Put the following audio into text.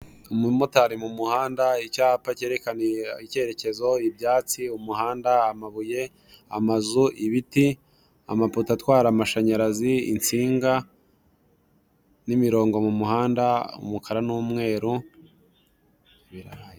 Umumotari mu muhanda, icyapa kerekana ikerekezo, ibyatsi umuhanda, amabuye, amazu ibiti, n'amapoto atwara amashanyarazi, insinga, n'imirongo mumuhanda, umukara n'umweru, birahagije.